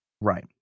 Right